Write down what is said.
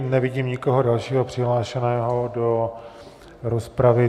Nevidím nikoho dalšího přihlášeného do rozpravy.